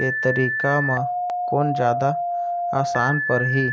के तरीका म कोन जादा आसान परही?